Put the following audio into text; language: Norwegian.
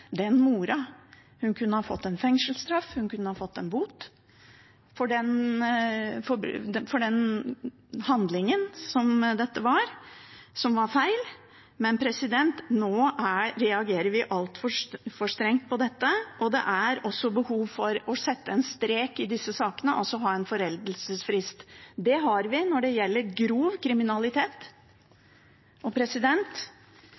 den mora. Hun kunne ha fått en fengselsstraff, hun kunne ha fått en bot for handlingen, som var feil, men nå reagerer vi altfor strengt på dette. Det er også behov for å sette en strek i disse sakene, altså å ha en foreldelsesfrist – det har vi når det gjelder grov